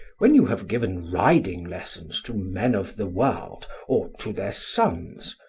when you have given riding lessons to men of the world or to their sons,